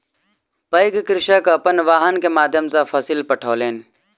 पैघ कृषक अपन वाहन के माध्यम सॅ फसिल पठौलैन